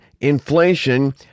inflation